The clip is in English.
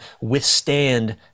withstand